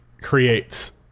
creates